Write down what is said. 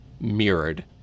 mirrored